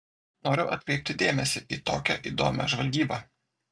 noriu atkreipti dėmesį į tokią įdomią žvalgybą